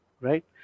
Right